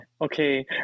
Okay